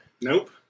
Nope